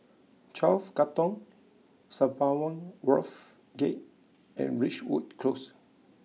Twelve Katong Sembawang Wharves Gate and Ridgewood Close